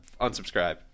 Unsubscribe